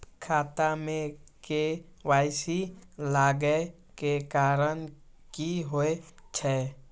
खाता मे के.वाई.सी लागै के कारण की होय छै?